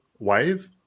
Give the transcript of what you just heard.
Wave